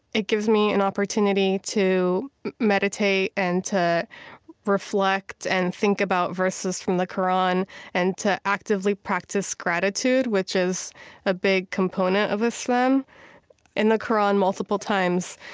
it gives me an opportunity to meditate and to reflect and think about verses from the qur'an and to actively practice gratitude, which is a big component of islam in the qur'an, multiple times,